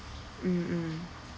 mm mm